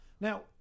Now